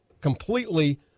completely